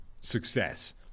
success